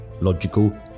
logical